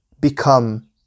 become